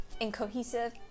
incohesive